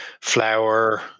flour